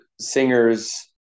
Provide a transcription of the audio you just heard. singers